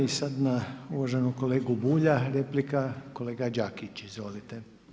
I sad na uvaženog kolegu Bulja replika kolega Đakić, izvolite.